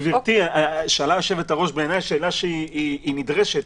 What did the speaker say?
גברתי, שאלה היושבת-ראש שאלה שהיא לדעתי נדרשת.